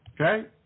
Okay